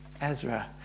Ezra